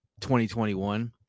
2021